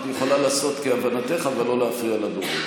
את יכולה לעשות כהבנתך, אבל לא להפריע לדובר.